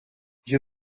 you